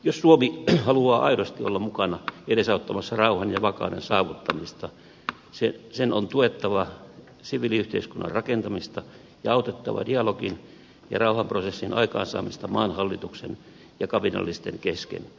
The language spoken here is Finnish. jos suomi haluaa aidosti olla mukana edesauttamassa rauhan ja vakauden saavuttamista sen on tuettava siviiliyhteiskunnan rakentamista ja autettava dialogin ja rauhanprosessin aikaansaamista maan hallituksen ja kapinallisten kesken